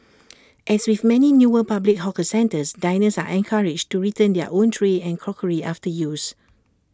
as with many newer public hawker centres diners are encouraged to return their own tray and crockery after use